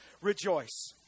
rejoice